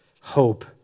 hope